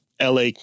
LA